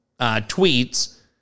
tweets